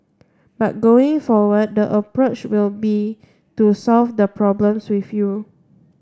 but going forward the approach will be to solve the problems with you